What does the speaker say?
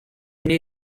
knew